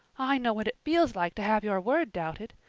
i know what it feels like to have your word doubted.